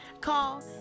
Call